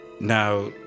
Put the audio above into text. now